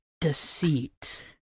Deceit